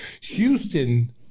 Houston